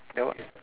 that one